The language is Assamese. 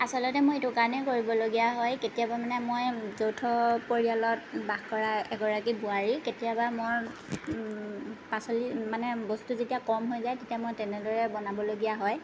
আচলতে মই এইটোৰ কাৰণে কৰিবলগীয়া হয় কেতিয়াবা মানে মই যৌথ পৰিয়ালত বাস কৰা এগৰাকী বোৱাৰী কেতিয়াবা মোৰ পাচলি মানে বস্তু যেতিয়া কম হৈ যায় তেতিয়া মই তেনেদৰে বনাবলগীয়া হয়